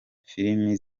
filimi